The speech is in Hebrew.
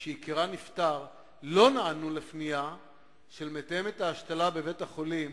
שיקירן נפטר לא נענו לפנייה של מתאמת ההשתלה בבית-החולים